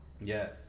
Yes